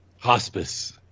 Hospice